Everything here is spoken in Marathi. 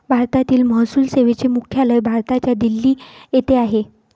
भारतीय महसूल सेवेचे मुख्यालय भारताच्या दिल्ली येथे आहे